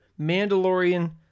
mandalorian